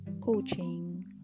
coaching